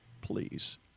Please